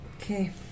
Okay